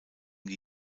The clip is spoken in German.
die